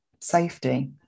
safety